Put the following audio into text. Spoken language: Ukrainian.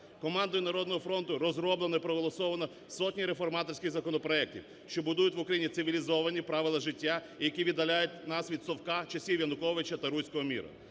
Командою "Народного фронту" розроблено і проголосовано сотні реформаторських законопроектів, що будують в Україні цивілізовані правила життя, які віддаляють нас від "совка" часів Януковича та "русского мира".